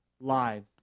lives